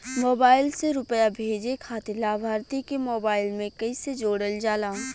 Mobile से रूपया भेजे खातिर लाभार्थी के मोबाइल मे कईसे जोड़ल जाला?